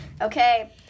Okay